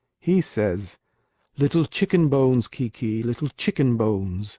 he says little chicken bones, kiki, little chicken bones